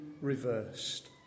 reversed